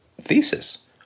thesis